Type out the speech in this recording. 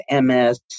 MS